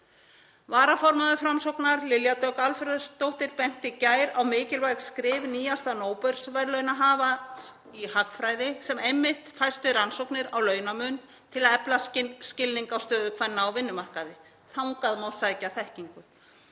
Varaformaður Framsóknar, Lilja Dögg Alfreðsdóttir, benti í gær á mikilvæg skrif nýjasta Nóbelsverðlaunahafans í hagfræði sem fæst einmitt við rannsóknir á launamun til að efla skilning á stöðu kvenna á vinnumarkaði. Þangað má sækja þekkingu.